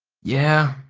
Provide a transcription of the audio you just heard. yeah,